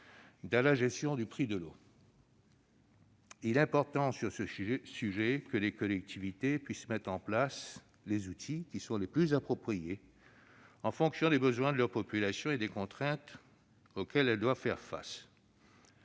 dans la gestion du prix de l'eau. Il est important sur ce sujet que les collectivités puissent mettre en place les outils qui sont le plus appropriés en fonction des besoins de leur population et des contraintes auxquelles elles doivent faire face.